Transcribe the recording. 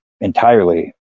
entirely